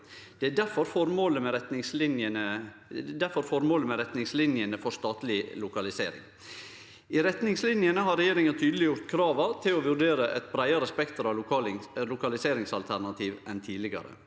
Dette er difor føremålet med retningslinjene for statleg lokalisering. I retningslinjene har regjeringa tydeleggjort kravet om å vurdere eit breiare spekter av lokaliseringsalternativ enn tidlegare.